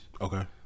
Okay